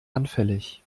anfällig